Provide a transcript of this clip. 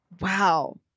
Wow